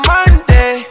Monday